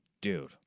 Dude